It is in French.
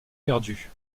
perdue